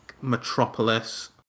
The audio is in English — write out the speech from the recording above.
metropolis